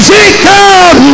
Jacob